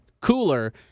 cooler